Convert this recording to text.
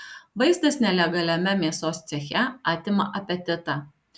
vaizdas nelegaliame mėsos ceche atima apetitą